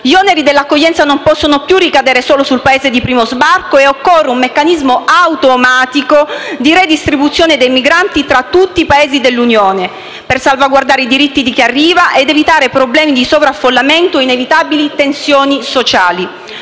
Gli oneri dell'accoglienza non possono più ricadere solo sul Paese di primo sbarco e occorre un meccanismo automatico di redistribuzione dei migranti tra tutti i Paesi dell'Unione per salvaguardare i diritti di chi arriva ed evitare problemi di sovraffollamento e inevitabili tensioni sociali.